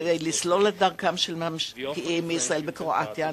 לסלול את דרכם של משקיעים מישראל בקרואטיה.